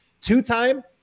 Two-time